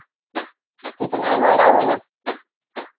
कितना भाड़ा होना